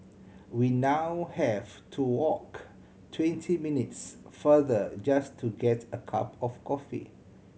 we now have to walk twenty minutes farther just to get a cup of coffee